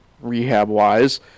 rehab-wise